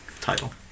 title